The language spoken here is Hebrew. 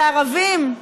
זה ערבים,